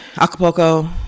Acapulco